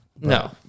no